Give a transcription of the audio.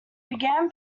began